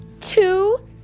Two